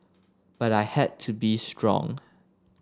but I had to be strong